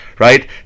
right